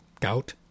Gout